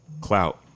clout